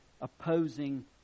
opposing